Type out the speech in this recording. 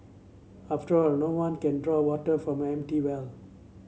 after all no one can draw water from an empty well